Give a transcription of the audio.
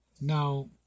Now